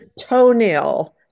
toenail